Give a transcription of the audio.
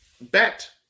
bet